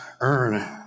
earn